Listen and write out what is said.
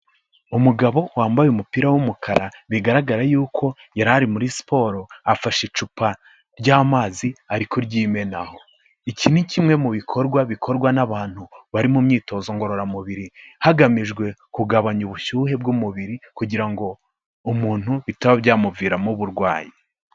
Umugabo wambaye umupira w'umukara bigaragara yuko yari ari muri siporo, afashe icupa ry'amazi ari kuryimenaho. Iki ni kimwe mu bikorwa bikorwa n'abantu bari mu myitozo ngororamubiri, hagamijwe kugabanya ubushyuhe bw'umubiri kugira ngo umuntu bitaba byamuviramo uburwayi.